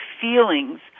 feelings